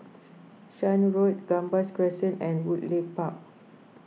Shan Road Gambas Crescent and Woodleigh Park